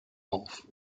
auf